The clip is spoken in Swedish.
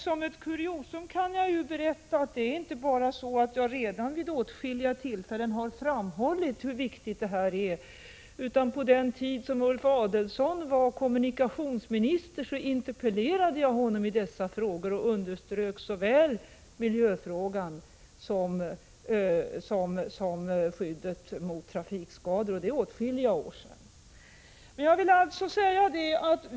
Som ett kuriosum kan jag berätta att jag inte bara vid åtskilliga tillfällen framhållit hur viktigt detta är, utan redan på den tid då Ulf Adelsohn var kommunikationsminister interpellerade jag honom i dessa frågor och poängterade såväl miljöfrågan som skyddet mot trafikskador — och det är åtskilliga år sedan.